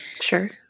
Sure